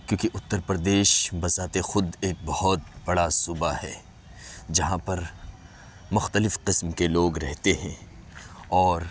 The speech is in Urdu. کیونکہ اتّر پردیش بذات خود ایک بہت بڑا صوبہ ہے جہاں پر مختلف قسم کے لوگ رہتے ہیں اور